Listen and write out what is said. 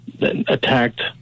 attacked